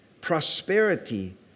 prosperity